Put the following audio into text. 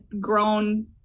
grown